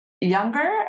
younger